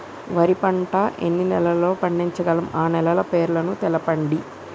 వరి పంట ఎన్ని నెలల్లో పండించగలం ఆ నెలల పేర్లను తెలుపండి?